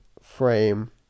frame